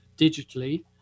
digitally